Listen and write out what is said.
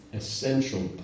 essential